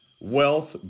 Wealth